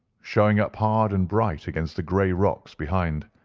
showing up hard and bright against the grey rocks behind.